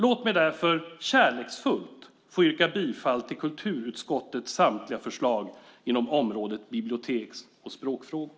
Låt mig därför kärleksfullt få yrka bifall till kulturutskottets samtliga förslag inom området biblioteks och språkfrågor.